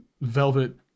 velvet